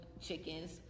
chickens